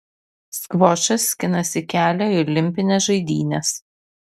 skvošas skinasi kelią į olimpines žaidynes